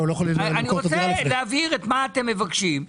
אני רוצה להבהיר את מה שאתם מבקשים.